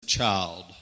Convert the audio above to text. child